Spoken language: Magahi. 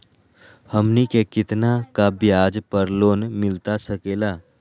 हमनी के कितना का ब्याज पर लोन मिलता सकेला?